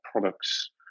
products